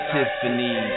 Tiffany